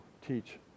teach